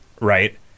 Right